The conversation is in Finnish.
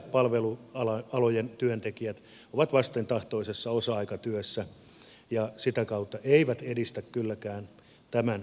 liian useat palvelualojen työntekijät ovat vastentahtoisessa osa aikatyössä ja sitä kautta eivät edistä kylläkään tämän kansantalouden kehittymistä